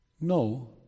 No